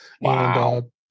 Wow